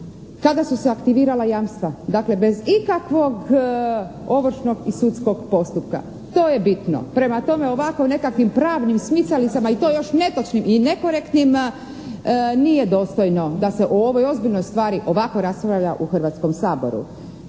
kada su se aktivirala jamstva. Dakle, bez ikakvog ovršnog i sudskog postupka. To je bitno. Prema tome, ovako nekakvim pravnim smicalicama i to još netočnim i nekorektnim nije dostojno da se o ovoj ozbiljnoj stvari ovako raspravlja u Hrvatskom saboru.